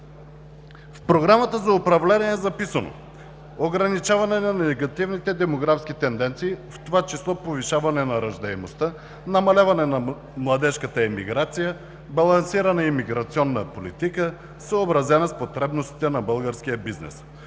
В Програмата за управление е записано: ограничаване на негативните демографски тенденции, в това число повишаване на раждаемостта, намаляване на младежката емиграция, балансирана имиграционна политика, съобразена с потребностите на българския бизнес.